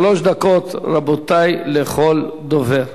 שלוש דקות, רבותי, לכל דובר.